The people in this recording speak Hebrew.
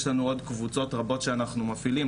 יש לנו עוד קבוצות רבות שאנחנו מפעילים,